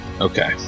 Okay